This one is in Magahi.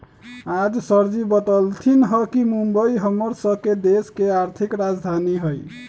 आज सरजी बतलथिन ह कि मुंबई हम्मर स के देश के आर्थिक राजधानी हई